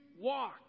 walk